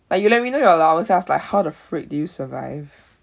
like you let me know your allowance I was like how the freak do you survive